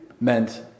meant